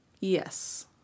Yes